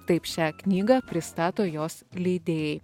taip šią knygą pristato jos leidėjai